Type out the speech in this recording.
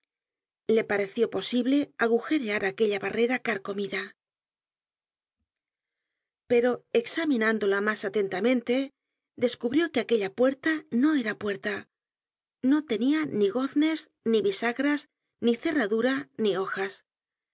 le pareció posible agujerear aquella barrera carcomida pero examinándola mas atentamente descubrió que aquella puerta no era puerta no tenia ni goznes ni bisagras ni cerradura ni hojas